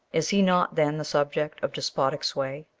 is he not then the subject of despotic sway?